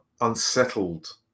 unsettled